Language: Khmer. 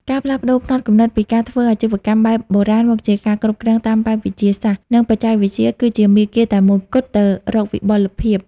ការផ្លាស់ប្តូរផ្នត់គំនិតពីការធ្វើអាជីវកម្មបែបបុរាណ មកជាការគ្រប់គ្រងតាមបែបវិទ្យាសាស្ត្រ និងបច្ចេកវិទ្យា គឺជាមាគ៌ាតែមួយគត់ទៅរកវិបុលភាព។